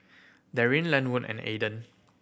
Daryn Lenwood and Aaden